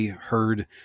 heard